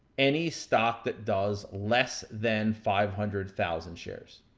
any stock that does less than five hundred thousand shares.